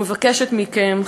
ומבקשת מכם,